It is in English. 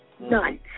None